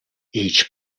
each